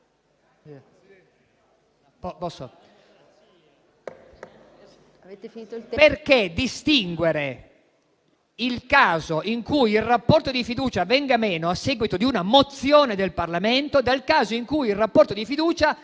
Distinguere il caso in cui il rapporto di fiducia venga meno a seguito di una mozione del Parlamento dal caso in cui il rapporto di fiducia venga meno